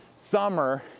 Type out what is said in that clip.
summer